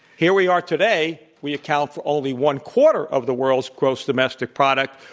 here we are today, we account for only one quarter of the world's gross domestic product,